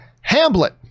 Hamlet